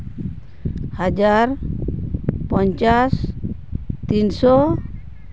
ᱦᱟᱡᱟᱨ ᱯᱚᱧᱪᱟᱥ ᱛᱤᱱᱥᱳ